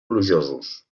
plujosos